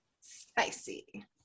Spicy